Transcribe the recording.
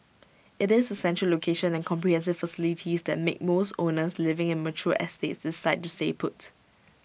IT is the central location and comprehensive facilities that make most owners living in mature estates decide to stay put